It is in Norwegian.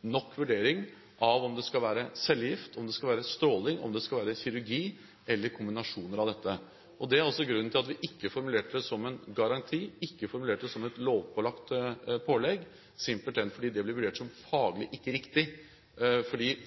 nok vurdering av om det skal være cellegift, stråling, kirurgi eller kombinasjoner av dette. Det er også grunnen til at vi ikke formulerte det som en garanti, at vi ikke formulerte det som et lovpålagt pålegg – simpelthen fordi det blir vurdert som faglig ikke riktig.